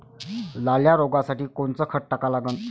लाल्या रोगासाठी कोनचं खत टाका लागन?